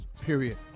Period